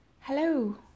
Hello